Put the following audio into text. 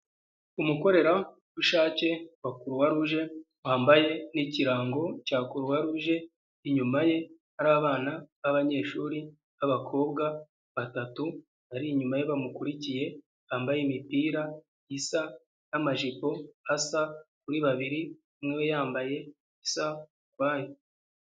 Umukorerabushake wa Croix rouge wambaye n'ikirango cya Croix rouge inyuma ye hari abana bbanyeshuri b'abakobwa batatu ari inyuma ye bamukurikiye bambaye imipira isa n'amajipo asa kuri babiri umwe yambaye isa ukwayo.